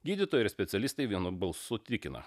gydytojai ir specialistai vienu balsu tikina